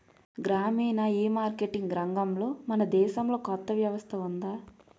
గ్రామీణ ఈమార్కెటింగ్ రంగంలో మన దేశంలో కొత్త వ్యవస్థ ఉందా?